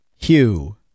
Hugh